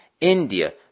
India